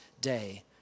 day